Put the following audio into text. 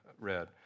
read